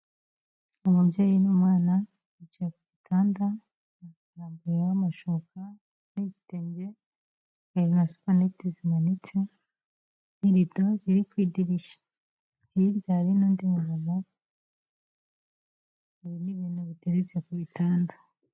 Umubyeyi n'umwana bicaye ku gitanda harambuyeho amashuka n'igitenge, na supanete zimanitse, n'irido biri ku idirishya, hirya hari n'undi mu mama hari n' ibintu bitetse ku bitanda.